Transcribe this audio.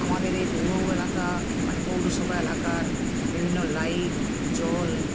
আমাদের এই পৌর এলাকা মানে পৌরসভা এলাকার বিভিন্ন লাইট জল